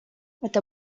это